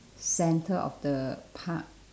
centre of the park